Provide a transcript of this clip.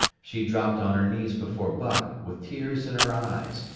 she dropped on her knees before buck, with tears in her eyes,